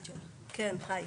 כן, שלום.